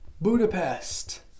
Budapest